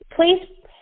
Please